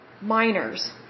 minors